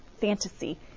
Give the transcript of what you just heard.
fantasy